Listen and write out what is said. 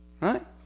right